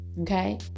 Okay